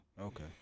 Okay